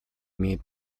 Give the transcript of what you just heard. имеет